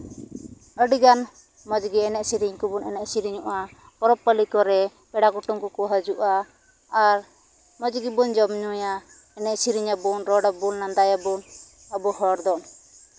ᱟᱹᱰᱤ ᱜᱟᱱ ᱢᱚᱡᱽ ᱜᱮ ᱮᱱᱮᱡ ᱥᱮᱨᱮᱧ ᱠᱚᱵᱚᱱ ᱮᱱᱮᱡ ᱥᱮᱨᱮᱧᱚᱜᱼᱟ ᱯᱚᱨᱚᱵᱽᱼᱯᱟᱹᱞᱤ ᱠᱚᱨᱮ ᱯᱮᱲᱟ ᱠᱚᱠᱚ ᱦᱟᱹᱡᱩᱜᱼᱟ ᱟᱨ ᱢᱚᱡᱽ ᱜᱮᱵᱚᱱ ᱡᱚᱢᱼᱧᱩᱭᱟ ᱮᱱᱮᱡᱼᱥᱮᱨᱮᱧᱟᱵᱚᱱ ᱨᱚᱲᱟᱵᱚᱱᱼᱞᱟᱸᱫᱟᱭᱟᱵᱚᱱ ᱟᱵᱚ ᱦᱚᱲ ᱫᱚ